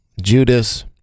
Judas